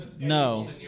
No